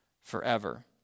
forever